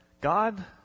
God